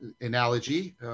analogy